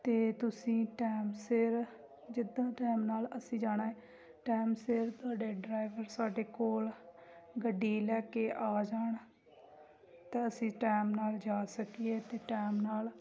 ਤਾਂ ਤੁਸੀਂ ਟਾਈਮ ਸਿਰ ਜਿੱਦਾਂ ਟਾਈਮ ਨਾਲ ਅਸੀਂ ਜਾਣਾ ਏ ਟਾਈਮ ਸਿਰ ਤੁਹਾਡੇ ਡਰਾਈਵਰ ਸਾਡੇ ਕੋਲ ਗੱਡੀ ਲੈ ਕੇ ਆ ਜਾਣ ਤਾਂ ਅਸੀਂ ਟਾਈਮ ਨਾਲ ਜਾ ਸਕੀਏ ਅਤੇ ਟਾਈਮ ਨਾਲ